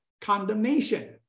condemnation